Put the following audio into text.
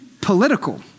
political